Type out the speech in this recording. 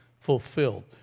fulfilled